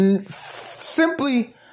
Simply